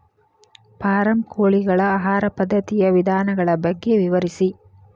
form ಕೋಳಿಗಳ ಆಹಾರ ಪದ್ಧತಿಯ ವಿಧಾನಗಳ ಬಗ್ಗೆ ವಿವರಿಸಿ